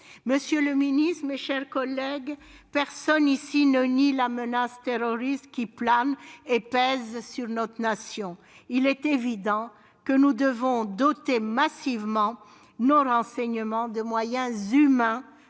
Monsieur le ministre, mes chers collègues, personne dans cette enceinte ne nie la menace terroriste qui plane et pèse sur notre nation. Il est évident que nous devons doter massivement nos services de renseignement de moyens humains,